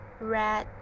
red